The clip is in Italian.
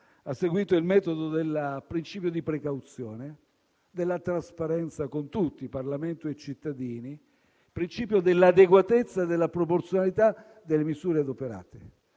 Ha seguito il metodo del principio di precauzione, della trasparenza con tutti, Parlamento e cittadini, il principio dell'adeguatezza e della proporzionalità delle misure adoperate.